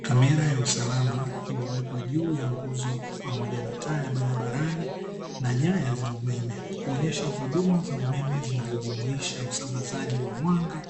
Kamera ya usalama imewekwa juu ya nguzo pamoja na taa ya barabarani na nyaya za umeme, kuonyesha huduma za umeme zinazojumuisha usambazaji wa mwanga